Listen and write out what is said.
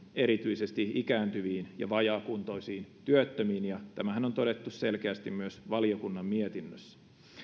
erityisesti ikääntyviin ja vajaakuntoisiin työttömiin tämähän on todettu selkeästi myös valiokunnan mietinnössä